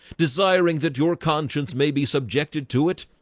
desiring that your conscience may be subjected to it.